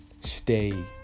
stay